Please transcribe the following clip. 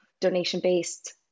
donation-based